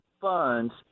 funds